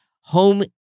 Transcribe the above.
home